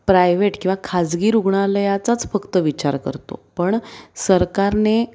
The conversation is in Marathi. प्रायव्हेट किंवा खाजगी रुग्णालयाचाच फक्त विचार करतो पण सरकारने